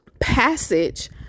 passage